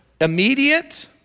immediate